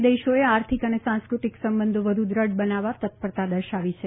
બંને દેશોએ આર્થિક અને સાંસ્કૃતિક સંબંધો વધુ દૃઢ બનાવવા તત્પરતા દર્શાવી છે